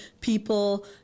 People